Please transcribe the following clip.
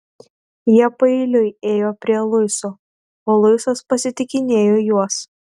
jie paeiliui ėjo prie luiso o luisas pasitikinėjo juos